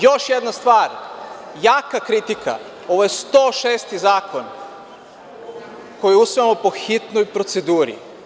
Još jedna stvar, jaka kritika, ovo je 106. zakon koji usvajamo po hitnoj proceduri.